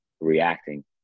reacting